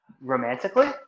Romantically